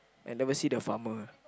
I never see the farmer